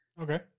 Okay